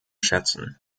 schätzen